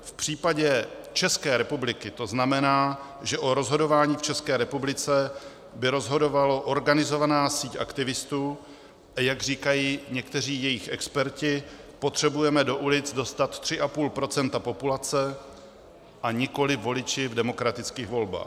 V případě České republiky to znamená, že o rozhodování v České republice by rozhodovala organizovaná síť aktivistů a jak říkají někteří jejich experti: potřebujeme do ulic dostat 3,5 % populace a nikoli voliči v demokratických volbách.